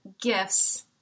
gifts